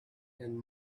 and